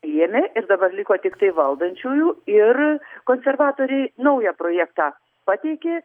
ėmė ir dabar liko tiktai valdančiųjų ir konservatoriai naują projektą pateikė